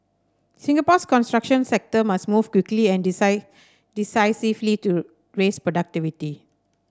Singapore's construction sector must move quickly and decisively to raise productivity